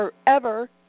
forever